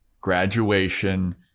graduation